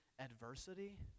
adversity